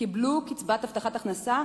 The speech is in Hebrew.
קיבלו קצבת הבטחת הכנסה,